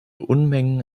unmengen